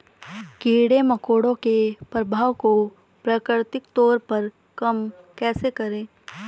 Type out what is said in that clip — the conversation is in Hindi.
कीड़े मकोड़ों के प्रभाव को प्राकृतिक तौर पर कम कैसे करें?